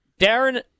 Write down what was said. Darren